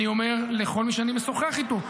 אני אומר לכל מי שאני משוחח איתו,